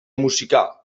musika